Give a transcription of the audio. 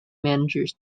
managers